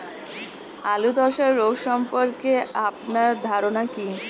আলু ধ্বসা রোগ সম্পর্কে আপনার ধারনা কী?